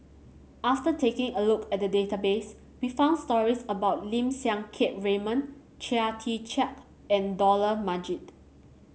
after taking a look at the database we found stories about Lim Siang Keat Raymond Chia Tee Chiak and Dollah Majid